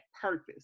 purpose